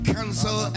Cancel